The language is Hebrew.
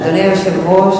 אדוני היושב-ראש,